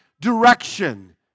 direction